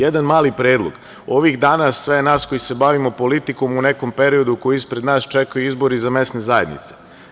Jedan mali predlog, ovih danas sve nas koji se bavimo politikom u nekom periodu ispred nas čekaju izbori za mesne zajednice.